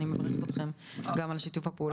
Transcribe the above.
אני מברכת אתכם על שיתוף הפעולה גם בעניין הזה.